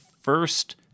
first